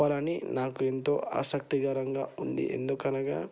చెప్పాలని నాకు ఎంతో ఆసక్తికరంగా ఉంది ఎందుకనగా